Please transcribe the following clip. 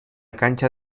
cancha